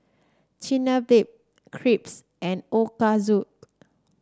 Chigenabe Crepe and Ochazuke